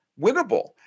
winnable